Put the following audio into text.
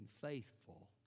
faithful